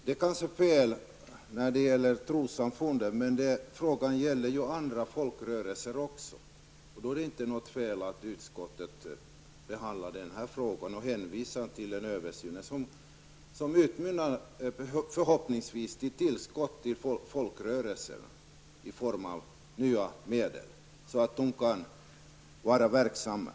Det kanske är fel när det gäller trossamfunden, men frågan gäller även andra folkrörelser. Det är då inget fel i att utskottet behandlar den här frågan och hänvisar till en översyn som förhoppningsvis skall utmynna i ett tillskott till folkrörelserna i form av nya medel så att de kan fortsätta sin verksamhet.